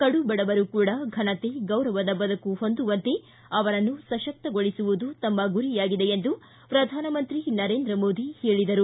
ಕಡು ಬಡವರು ಕೂಡ ಫನತೆ ಗೌರವದ ಬದುಕು ಹೊಂದುವಂತೆ ಅವರನ್ನು ಸಶಕ್ತಗೊಳಿಸುವುದು ತಮ್ಮ ಗುರಿಯಾಗಿದೆ ಎಂದು ಪ್ರಧಾನಮಂತ್ರಿ ನರೇಂದ್ರ ಮೋದಿ ಹೇಳಿದರು